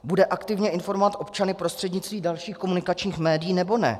Bude aktivně informovat občany prostřednictvím dalších komunikačních médií, nebo ne?